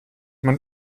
man